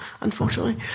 unfortunately